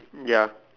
ya